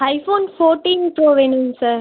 iPhone fourteen pro வேணுங்க sir